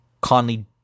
Conley